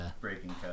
Breaking